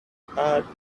hard